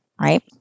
right